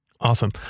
Awesome